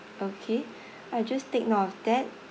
okay I'll just take note of that